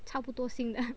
差不多新的